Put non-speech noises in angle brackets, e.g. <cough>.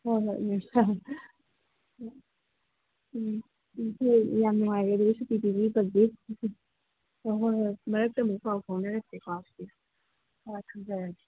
ꯍꯣꯏ ꯍꯣꯏ <unintelligible> ꯎꯝ <unintelligible> ꯌꯥꯝ ꯅꯨꯡꯉꯥꯏꯔꯦ ꯑꯗꯨꯗꯤ ꯁꯨꯇꯤ ꯄꯤꯕꯤꯕꯒꯤ ꯑꯣ ꯍꯣꯏ ꯍꯣꯏ ꯃꯔꯛꯇ ꯑꯃꯨꯛ ꯄꯥꯎ ꯐꯥꯎꯅꯔꯁꯦꯀꯣ ꯍꯣꯏ ꯊꯝꯖꯔꯒꯦ